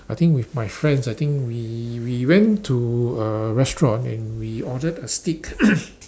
I think with my friends I think we we went to a restaurant and we ordered a steak